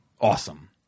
awesome